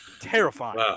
Terrifying